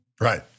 Right